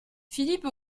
philippe